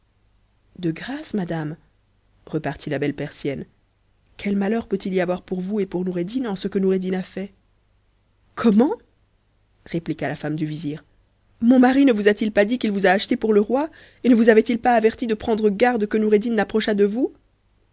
de grâce madame repartit la belle persienne quel malheur peut-il voir pour vous et pour noureddin en ce que noureddin a fait comment répliqua la femme du vizir mon mari ne vous a-t-il pas dit qu'il vous a achetée pour le roi et ne vous avait-il pas avertie de prendre garde que noureddin n'approchât de vous